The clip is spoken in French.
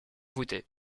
voûtée